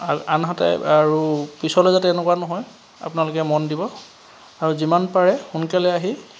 আনহাতে আৰু পিছলৈ যাতে এনেকুৱা নহয় আপোনালোকে মন দিব আৰু যিমান পাৰে সোনকালে আহি